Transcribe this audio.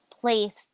place